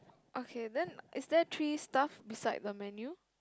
okay then is there three stuff beside the menu